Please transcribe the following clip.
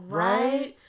right